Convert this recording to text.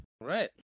Right